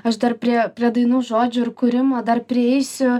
aš dar prie prie dainų žodžių ir kūrimo dar prieisiu